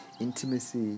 intimacy